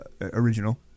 original